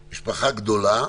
כן,